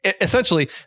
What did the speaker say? essentially